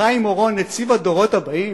חיים אורון, נציב הדורות הבאים?